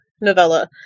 novella